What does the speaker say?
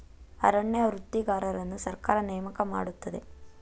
ಅರಣ್ಯ ವೃತ್ತಿಗಾರರನ್ನು ಸರ್ಕಾರ ನೇಮಕ ಮಾಡುತ್ತದೆ